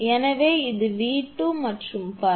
எனவே இது 𝑉2 மற்றும் பல